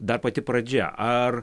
dar pati pradžia ar